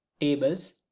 Tables